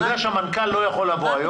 אני יודע שהמנכ"ל לא היה יכול לבוא היום.